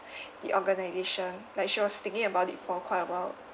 the organization like she was thinking about it for quite awhile